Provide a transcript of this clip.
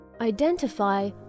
identify